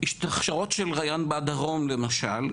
בהכשרות של ריאן בדרום למשל.